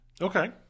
Okay